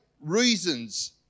reasons